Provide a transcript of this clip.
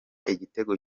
igitego